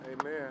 Amen